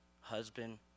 husband